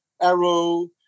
Arrow